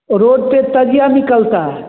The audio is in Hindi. रोड पर तजिया निकलता है